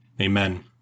Amen